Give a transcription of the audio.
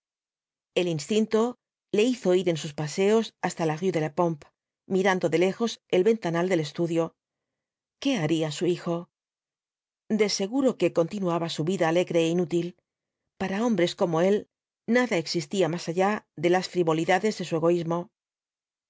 el instinto le hizo ir en sus paseos hasta la rué de la pompe mirando de lejos el ventanal del estudio qué haría su hijo de seguro que continuaba su vida alegre é inútil para hombres como él nada existía más allá de las frivolidades de su egoísmo